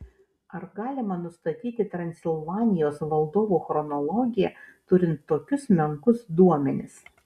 ar galima nustatyti transilvanijos valdovų chronologiją turint tokius menkus duomenis